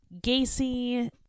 Gacy